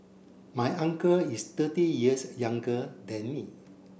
my uncle is thirty years younger than me